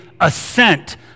assent